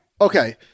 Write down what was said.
Okay